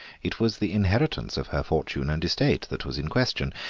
it was the inheritance of her fortune and estate that was in question,